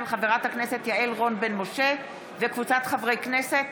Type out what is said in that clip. של חברת הכנסת יעל רון בן משה וקבוצת חברי כנסת,